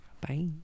Bye